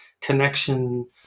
connection